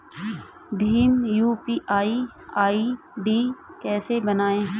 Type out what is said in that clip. Bhim UPI ID कैसे बनाएं?